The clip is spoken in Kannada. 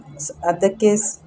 ಅದಕ್ಕೆ ಸ್